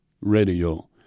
radio